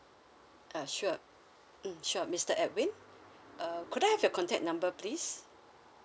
uh sure mm sure mister edwin uh could I have your contact number please